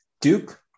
Duke